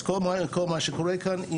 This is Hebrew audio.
אז כל מה שקורה כאן,